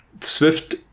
Swift